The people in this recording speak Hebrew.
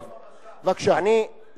פציעות היו במשט.